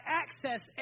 access